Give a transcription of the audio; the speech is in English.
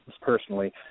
personally